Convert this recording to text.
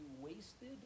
wasted